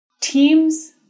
Teams